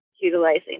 utilizing